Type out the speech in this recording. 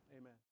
amen